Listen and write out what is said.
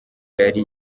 yari